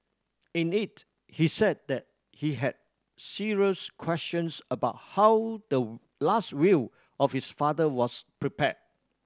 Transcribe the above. in it he said that he had serious questions about how the last will of his father was prepare